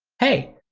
hey,